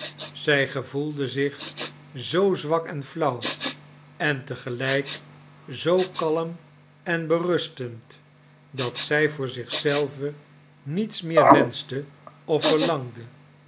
zij gevoelde zich zoo zwak en flauw en te gelijk zoo kalm en berustend dat zij voor zich zelve niets meer wenschte of verlangde